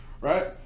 Right